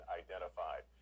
identified